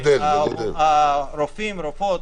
הרופאים-רופאות,